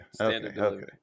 Okay